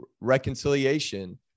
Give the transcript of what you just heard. reconciliation